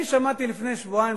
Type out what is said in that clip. לפני שבועיים,